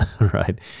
right